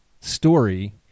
story